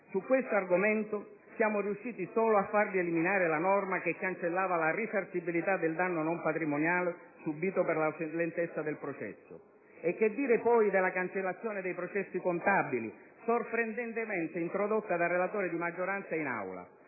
Su questo argomento siamo riusciti solo a farvi eliminare la norma che cancellava la risarcibilità del danno non patrimoniale subito per la lentezza del processo. E che dire poi della cancellazione dei processi contabili, sorprendentemente introdotta dal relatore di maggioranza in Aula?